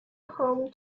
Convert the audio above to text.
home